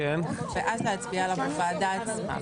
ואז להצביע עליו בוועדה עצמה.